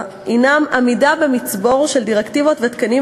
הן עמידה במצבור של דירקטיבות ותקנים,